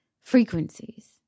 frequencies